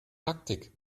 taktik